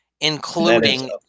including